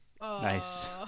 Nice